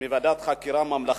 בוועדת חקירה ממלכתית.